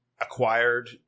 acquired